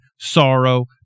sorrow